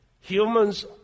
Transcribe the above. Humans